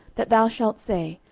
that thou shalt say,